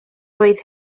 roedd